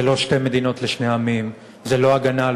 זה לא שתי מדינות לשני עמים, זה לא הגנה על